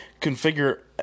Configure